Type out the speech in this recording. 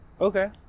Okay